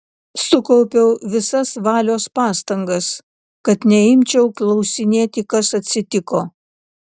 sukaupiau visas valios pastangas kad neimčiau klausinėti kas atsitiko